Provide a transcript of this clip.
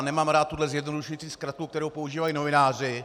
Nemám rád tuhle zjednodušující zkratku, kterou používají novináři.